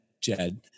Jed